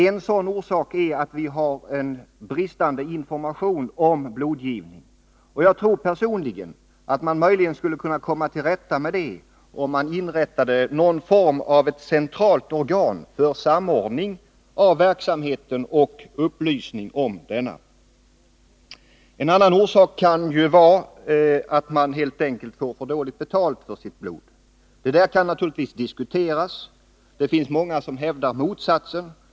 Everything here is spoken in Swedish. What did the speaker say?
En orsak är att vi har en bristande information om blodgivning, och jag tror personligen att man möjligen skulle kunna komma till rätta med det om man inrättade någon form av centralt organ för samordning av verksamheten och upplysning om denna. En annan orsak kan vara att människor helt enkelt får för dåligt betalt för sitt blod. Det kan naturligtvis diskuteras. Det finns många som hävdar motsatsen.